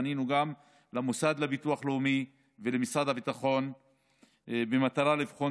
פנינו למוסד לביטוח לאומי ולמשרד הביטחון במטרה לבחון